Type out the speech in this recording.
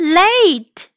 late